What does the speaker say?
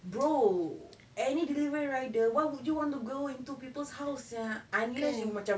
bro any delivery rider why would you want to go into people's house sia unless you macam